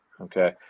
Okay